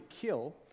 kill